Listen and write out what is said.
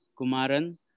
Kumaran